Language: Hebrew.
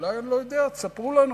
אולי אני לא יודע, תספרו לנו